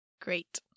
Great